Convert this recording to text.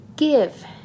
Give